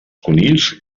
conills